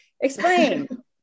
Explain